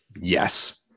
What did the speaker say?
yes